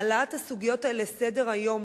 להעלאת הסוגיות האלה לסדר-היום.